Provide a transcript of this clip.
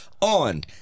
on